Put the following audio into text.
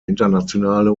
internationale